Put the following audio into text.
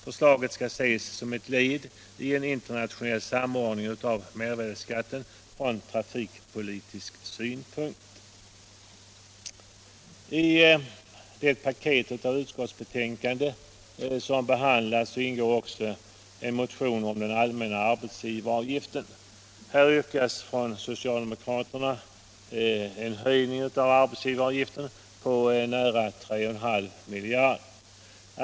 Förslaget skall ses som ett led i en internationell samordning av mervärdeskatten från trafikpolitisk synpunkt. I det paket av utskottsbetänkanden som nu behandlas ingår också en motion om den allmänna arbetsgivaravgiften. Här yrkas från socialdemokratiskt håll på en höjning av arbetsgivaravgiften med nära 3,5 miljarder kronor.